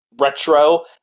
retro